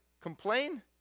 complain